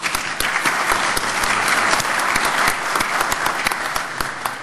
(מחיאות כפיים)